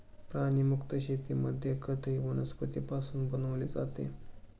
प्राणीमुक्त शेतीमध्ये खतही वनस्पतींपासून बनवले जाते